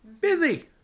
busy